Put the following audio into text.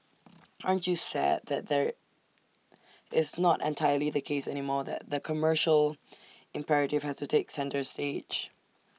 aren't you sad that there is not entirely the case anymore that the commercial imperative has to take centre stage